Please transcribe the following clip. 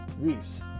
Reefs